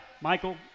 Michael